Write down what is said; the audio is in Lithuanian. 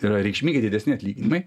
tai yra reikšmingai didesni atlyginimai